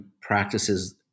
practices